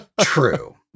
True